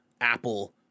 apple